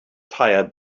tire